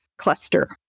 cluster